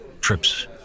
trips